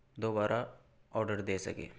دوبارہ آرڈر دے سکے